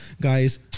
Guys